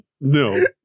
No